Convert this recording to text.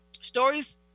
stories